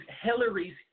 Hillary's